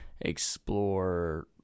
explore